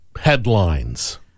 headlines